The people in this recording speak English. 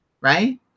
right